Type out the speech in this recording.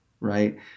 right